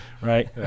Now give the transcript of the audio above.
right